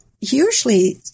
usually